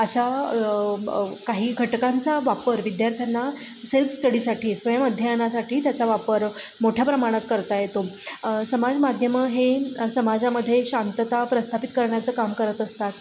अशा काही घटकांचा वापर विद्यार्थ्यांना सेल्फ स्टडीसाठी स्वयं अध्ययनासाठी त्याचा वापर मोठ्या प्रमाणात करता येतो समाजमाध्यमं हे समाजामध्ये शांतता प्रस्थापित करण्याचं काम करत असतात